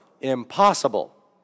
Impossible